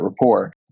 rapport